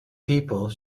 people